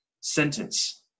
sentence